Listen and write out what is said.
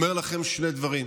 ואומר לכם שני דברים: